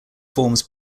forms